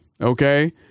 Okay